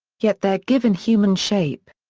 yet they're given human shape.